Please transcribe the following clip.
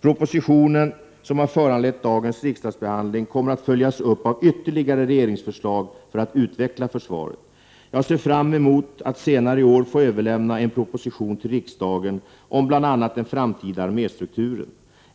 Propositionen som har föranlett dagens riksdagsbehandling kommer att följas upp av ytterligare regeringsförslag för att utveckla försvaret. Jag ser fram emot att senare i år få överlämna en proposition till riksdagen om bl.a. den framtida arméstrukturen.